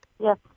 yes